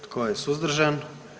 Tko je suzdržan?